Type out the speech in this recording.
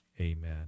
amen